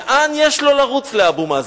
לאן יש לו לרוץ, לאבו מאזן?